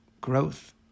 growth